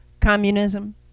communism